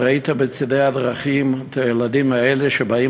ראית בצדי הדרכים את הילדים האלה שבאים